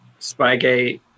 Spygate